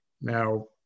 Now